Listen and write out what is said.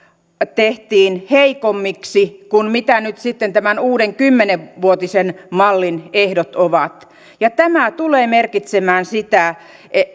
tehtiin heikommiksi kuin mitä nyt sitten tämän uuden kymmenvuotisen mallin ehdot ovat tämä tulee merkitsemään sitä